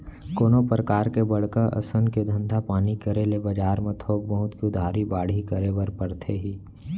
कोनो परकार के बड़का असन के धंधा पानी करे ले बजार म थोक बहुत के उधारी बाड़ही करे बर परथे ही